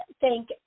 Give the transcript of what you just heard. thank